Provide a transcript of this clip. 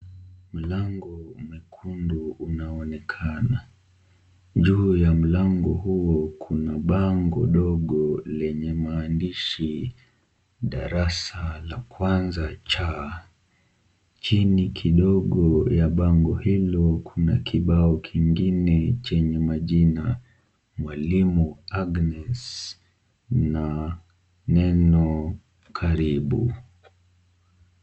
Mlango mwekundu unaonekana, juu ya mlango huo kuna bango dogo lenye maandishi darasa la 1 C. Chini kidogo ya bango hili kuna kibao kingine chenye majina, Mwalimu Agnes na neno karibu.